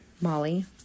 Molly